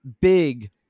big